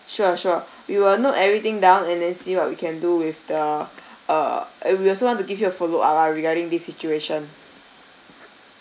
sure sure we will note everything down and then see what we can do with the err uh we also want to give you a follow up ah regarding this situation